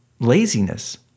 laziness